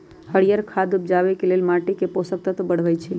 हरियर खाद उपजाके लेल माटीके पोषक तत्व बढ़बइ छइ